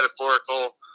metaphorical